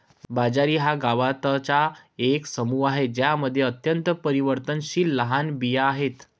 बाजरी हा गवतांचा एक समूह आहे ज्यामध्ये अत्यंत परिवर्तनशील लहान बिया आहेत